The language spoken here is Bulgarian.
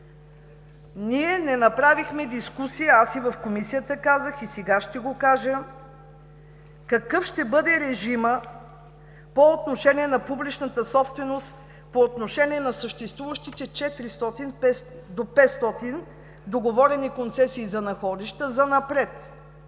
Ние не направихме дискусия, аз казах и в Комисията, ще го кажа и сега: какъв ще бъде режимът по отношение на публичната собственост, по отношение на съществуващите 400 до 500 договорени концесии за находища занапред,